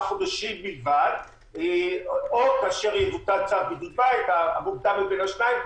חודשים בלבד או כאשר יבוטל צו בידוד בית המוקדם מבין השניים.